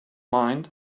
mind